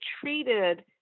treated